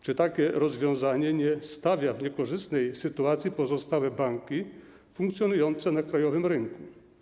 Czy takie rozwiązanie nie stawia w niekorzystnej sytuacji pozostałych banków funkcjonujących na krajowym rynku?